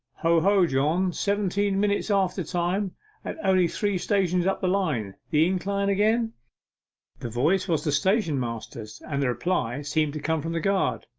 ho, ho, john, seventeen minutes after time and only three stations up the line. the incline again the voice was the stationmaster's, and the reply seemed to come from the guard.